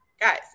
guys